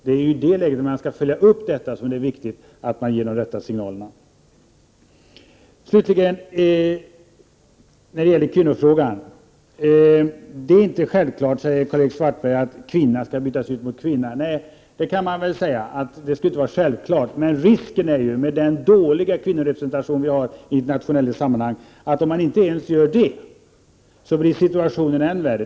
När det slutligen gäller kvinnofrågan säger Karl-Erik Svartberg att det inte är självklart att en kvinna skall bytas ut mot en kvinna på olika poster. Det behöver inte vara självklart, men risken med den dåliga kvinnorepresentation som vi har i internationella sammanhang är att om man inte ens gör detta blir situationen än värre.